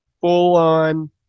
full-on